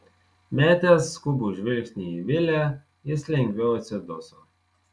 metęs skubų žvilgsnį į vilę jis lengviau atsiduso